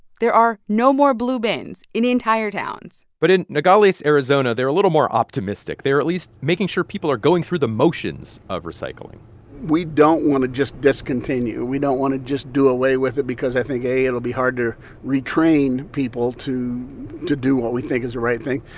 there are no more blue bins in entire towns but in nogales, ariz, they're a little more optimistic. they're at least making sure people are going through the motions of recycling we don't want to just discontinue. we don't want to just do away with it because i think, a, it'll be hard to retrain people to to do what we think is the right thing.